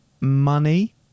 money